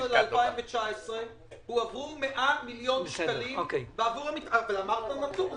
בין 2016 ו-2019 הועברו 100 מיליון שקלים מתקציב המדינה בעבור המתחם,